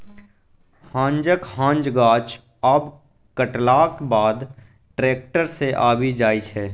हांजक हांज गाछ आब कटलाक बाद टैक्टर सँ आबि जाइ छै